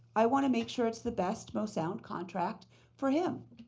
i want make sure it is the best, most sound, contract for him.